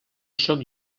sóc